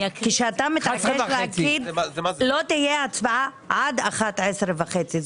כשאתה מתעקש להגיד לא תהיה הצבעה עד 11 וחצי,